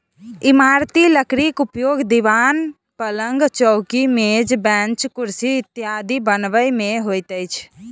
इमारती लकड़ीक उपयोग दिवान, पलंग, चौकी, मेज, बेंच, कुर्सी इत्यादि बनबय मे होइत अछि